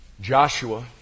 Joshua